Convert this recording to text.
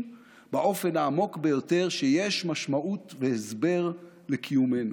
באופן העמוק ביותר שיש משמעות והסבר לקיומנו.